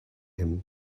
him